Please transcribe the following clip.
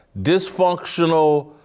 dysfunctional